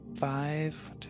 five